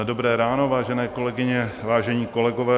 Dobré ráno, vážené kolegyně, vážení kolegové.